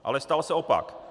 Ale stal se opak.